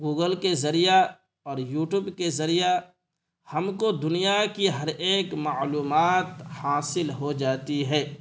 Google کے ذریعہ اور یوٹیوب کے ذریعہ ہم کو دنیا کی ہر ایک معلومات حاصل ہو جاتی ہے